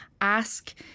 Ask